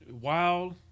wild